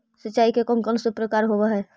सिंचाई के कौन कौन से प्रकार होब्है?